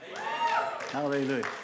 Hallelujah